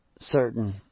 certain